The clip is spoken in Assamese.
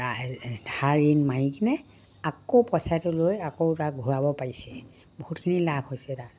ধাৰ ঋণ মাৰি কিনে আকৌ পইচাটো লৈ আকৌ তাক ঘূৰাব পাইছে বহুতখিনি লাভ হৈছে তাত